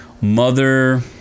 Mother